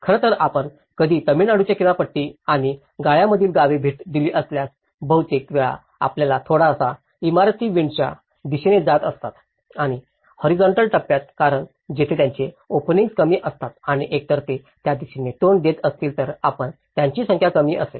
खरं तर आपण कधी तमिळनाडूच्या किनारपट्टी आणि गाळ्यांमधील गावे भेट दिली असल्यास बहुतेक वेळा आपला छोटासा इमारत इमारतीच्या विंड च्या दिशेला जात असताना आणि हॉरीझॉन्टल टप्प्यात कारण तेथे त्यांचे ओपनिंग्स कमी असतात आणि एकतर जर ते त्या दिशेने तोंड देत असतील तर आणि त्यांची संख्या कमी असेल